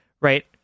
right